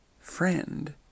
friend